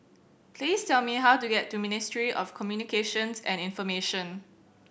please tell me how to get to Ministry of Communications and Information